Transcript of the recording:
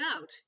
out